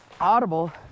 audible